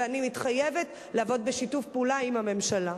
ואני מתחייבת לעבוד בשיתוף פעולה עם הממשלה.